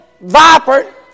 viper